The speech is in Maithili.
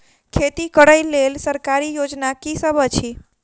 खेती करै लेल सरकारी योजना की सब अछि?